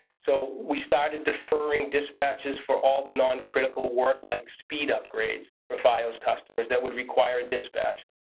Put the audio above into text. so we started deferring dispatches for all the noncritical work like speed upgrades for fios customers that would require dispatch.